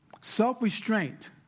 Self-restraint